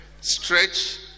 stretch